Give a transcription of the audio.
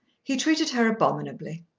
he treated her abominably.